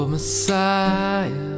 Messiah